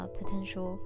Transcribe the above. potential